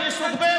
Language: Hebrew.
אני סוג ב'?